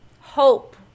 hope